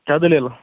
کیٛاہ دٔلیٖل